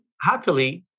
happily